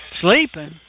Sleeping